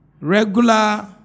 regular